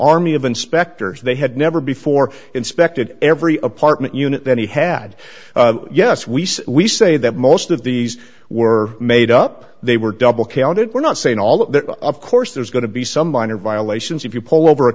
army of inspectors they had never before inspected every apartment unit then he had yes we see we say that most of these were made up they were double counted we're not saying all that of course there's going to be some minor violations if you pull over a